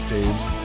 Dave's